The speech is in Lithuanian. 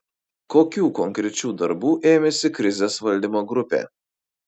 kokių konkrečių darbų ėmėsi krizės valdymo grupė